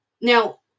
now